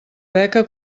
beca